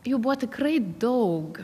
jų buvo tikrai daug